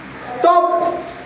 Stop